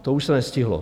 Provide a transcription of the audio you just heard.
To už se nestihlo.